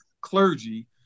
clergy